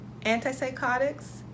antipsychotics